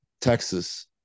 Texas